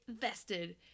vested